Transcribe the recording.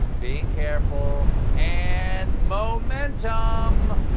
being careful, and momentum!